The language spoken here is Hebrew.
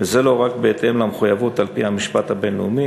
וזה לא רק בהתאם למחויבות על-פי המשפט הבין-לאומי